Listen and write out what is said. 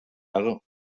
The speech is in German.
und